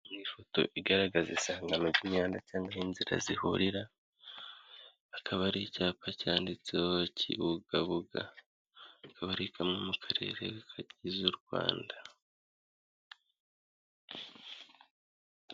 Ifoto igaragaza isangano ry'imihanda cyangwa aho inzira zihurira, akaba hari icyapa cyanditseho kibugabuga akaba ari kamwe mu karere kagize u Rwanda.